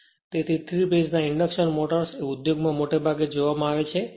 તેથી 3 ફેજ ના induction motors એ ઉદ્યોગમાં મોટે ભાગે જોવામાં આવે છે